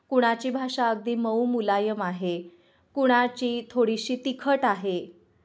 कुणाची भाषा अगदी मऊ मुलायम आहे कुणाची थोडीशी तिखट आहे